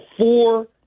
four